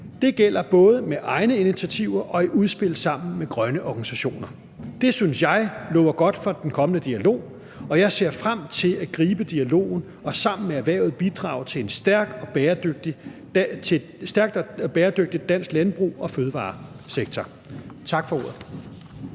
Det gælder både med egne initiativer og i udspil sammen med grønne organisationer. Det synes jeg lover godt for den kommende dialog, og jeg ser frem til at gribe dialogen og sammen med erhvervet bidrage til en stærk og bæredygtig dansk landbrugs- og fødevaresektor. Tak for ordet.